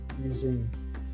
using